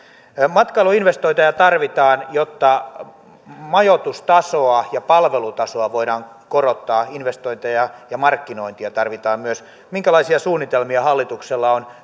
matkailuinvestointeja tarvitaan jotta majoitustasoa ja palvelutasoa voidaan korottaa investointeja ja myös markkinointia tarvitaan minkälaisia suunnitelmia hallituksella on